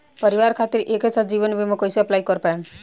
परिवार खातिर एके साथे जीवन बीमा कैसे अप्लाई कर पाएम?